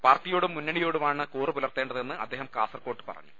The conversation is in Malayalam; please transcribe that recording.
പാർട്ടിയോടും മുന്നണിയോ ടുമാണ് കൂറ് പുലർത്തേണ്ടതെന്ന് അദ്ദേഹം കാൻർകോട്ട് പറഞ്ഞു